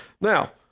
Now